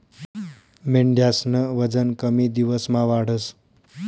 मेंढ्यास्नं वजन कमी दिवसमा वाढस